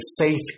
faith